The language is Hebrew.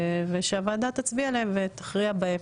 ושהוועדה תצביע עליהם ותכריע בהם.